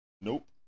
nope